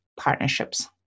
partnerships